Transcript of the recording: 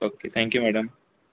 okay thank you madam